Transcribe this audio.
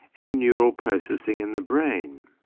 and neural processing in the brain.